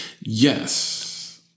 Yes